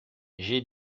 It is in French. j’ai